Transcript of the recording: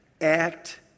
act